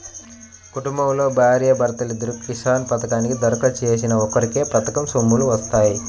కుటుంబంలో భార్యా భర్తలిద్దరూ కిసాన్ పథకానికి దరఖాస్తు చేసినా ఒక్కరికే పథకం సొమ్ములు వత్తాయి